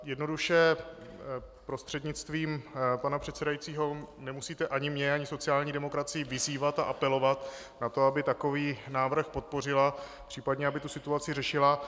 Jednoduše prostřednictvím pana předsedajícího, nemusíte ani mě ani sociální demokracii vyzývat a apelovat na to, aby takový návrh podpořila, případně aby situaci řešila.